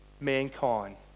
mankind